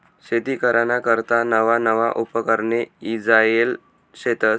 शेती कराना करता नवा नवा उपकरणे ईजायेल शेतस